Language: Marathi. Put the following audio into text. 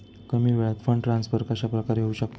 कमी वेळात फंड ट्रान्सफर कशाप्रकारे होऊ शकतात?